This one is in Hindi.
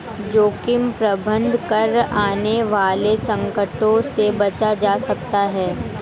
जोखिम प्रबंधन कर आने वाले संकटों से बचा जा सकता है